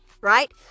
Right